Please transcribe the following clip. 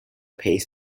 pace